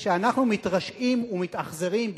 כשאנחנו מתרשעים ומתאכזרים,